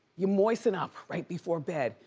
you moisten up right before bed.